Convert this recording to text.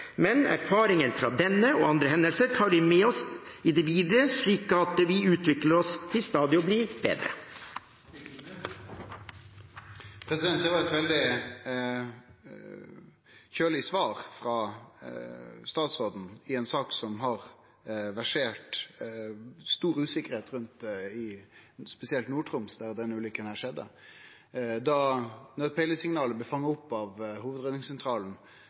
men erfaringen fra denne og andre hendelser tar vi med oss i det videre, slik at vi utvikler oss til stadig å bli bedre. Det var eit veldig kjølig svar frå statsråden i ei sak som det har versert stor usikkerheit rundt i spesielt Nord-Troms, der denne ulykka skjedde. Da nødpeilesignala blei fanga opp av hovudredningssentralen,